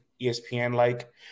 ESPN-like